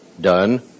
done